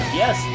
yes